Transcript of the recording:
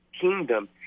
kingdom